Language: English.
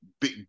big